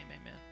amen